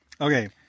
Okay